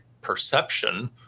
perception